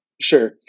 Sure